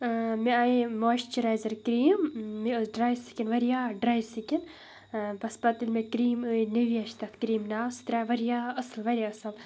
مےٚ آنے moisturiser cream مےٚ ٲس ڈرٛاے سِکِن واریاہ ڈرٛاے سِکِن بَس پَتہٕ ییٚلہِ مےٚ کِرٛیٖم أنۍ نِویا چھِ تَتھ کِرٛیٖمہِ ناو سُہ درٛاو واریاہ اَصٕل واریاہ اَصٕل